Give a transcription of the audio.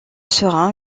sera